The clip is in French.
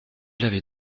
l’avez